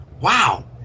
Wow